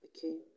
Okay